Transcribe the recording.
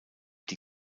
die